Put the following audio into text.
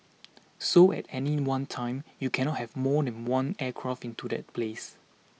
so at any one time you cannot have more than one aircraft into that place